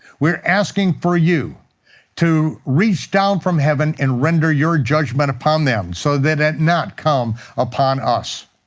we're asking for you to reach down from heaven and render your judgment upon them, so that it not come upon us.